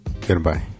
Goodbye